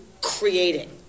creating